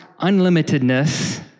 unlimitedness